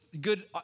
good